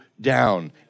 down